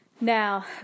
Now